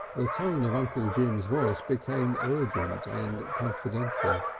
the tone of uncle jim's voice became urgent and confidential.